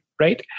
right